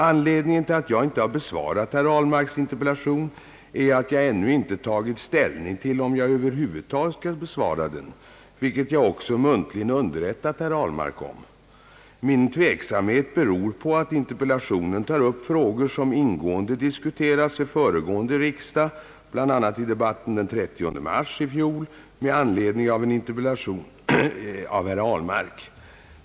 Anledningen till att jag inte har besvarat herr Ahlmarks interpellation är att jag ännu inte tagit ställning till om jag över huvud taget skall besvara den, vilket jag också muntligen underrättat herr Ahlmark om. Min tveksamhet beror på att interpellationen tar upp frågor som ingående diskuterats vid föregående riksdag bl.a. i debatten den 30 mars i fjol med anledning av en interpellation framställd av herr Ahlmark.